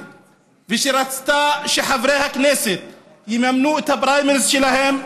ורצתה שחברי הכנסת יממנו את הפריימריז שלהם,